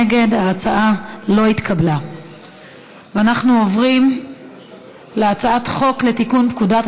אנחנו עוברים להצעת חוק לתיקון פקודת